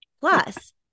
plus